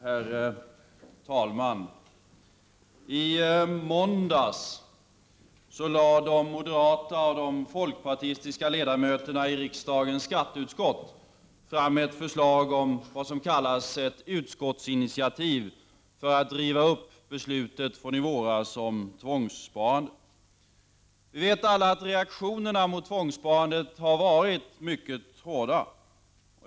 Herr talman! I måndags lade de moderata och de folkpartistiska ledamöterna i riksdagens skatteutskott fram ett förslag om vad som kallas för ett utskottsinitiativ för att riva upp beslutet från i våras om tvångssparandet. Vi vet alla att reaktionerna mot tvångssparandet har varit mycket hårda.